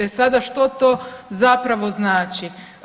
E sada što to zapravo znači?